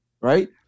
Right